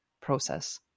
process